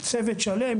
צוות שלם,